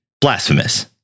blasphemous